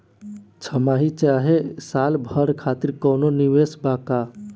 छमाही चाहे साल भर खातिर कौनों निवेश बा का?